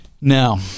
Now